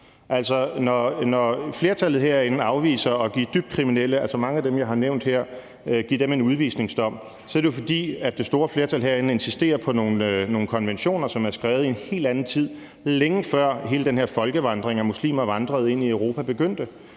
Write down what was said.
– som mange af dem, jeg har nævnt her – en udvisningsdom, så er det jo, fordi det store flertal herinde insisterer på nogle konventioner, som er skrevet i en helt anden tid, altså længe før hele den her folkevandring af muslimer, der vandrede ind i Europa, begyndte,